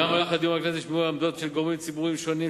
גם במהלך הדיון בכנסת נשמעו עמדות של גורמים ציבוריים שונים,